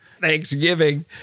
thanksgiving